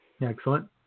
Excellent